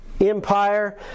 Empire